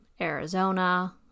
Arizona